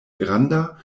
granda